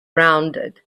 rounded